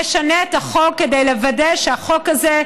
נשנה את החוק כדי לוודא שהחוק הזה,